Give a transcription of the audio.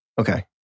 Okay